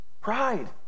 Pride